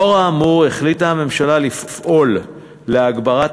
לאור האמור החליטה הממשלה לפעול להגברת